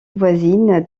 voisine